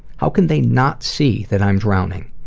how can they not see that i'm drowning?